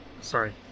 sorry